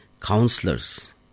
counselors